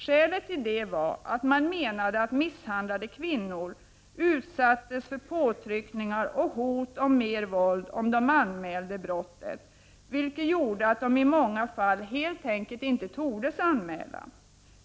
Skälet till det var att man menade att misshandlade kvinnor utsattes för påtryckningar och hot om mer våld om de anmälde brottet, vilket gjorde att de i många fall helt enkelt inte tordes anmäla.